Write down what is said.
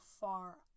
far